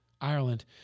Ireland